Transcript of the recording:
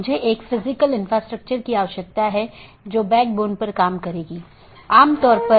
बस एक स्लाइड में ऑटॉनमस सिस्टम को देख लेते हैं